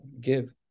give